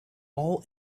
all